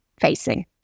facing